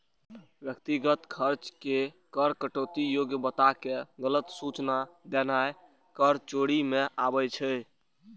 व्यक्तिगत खर्च के कर कटौती योग्य बताके गलत सूचनाय देनाय कर चोरी मे आबै छै